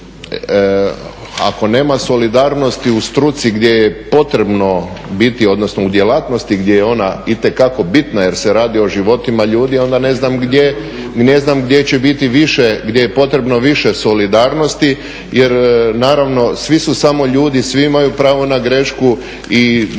ako nema solidarnosti u struci gdje je potrebno biti, odnosno u djelatnosti gdje je ona itekako bitna jer se radi o životima ljudi onda ne znam gdje će biti više, gdje je potrebno više solidarnosti. Jer naravno svi su samo ljudi, svi imaju pravo na grešku i nitko